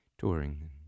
touring